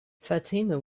fatima